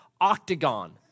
octagon